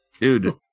dude